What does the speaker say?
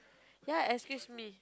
ya excuse me